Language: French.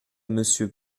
monsieur